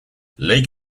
lake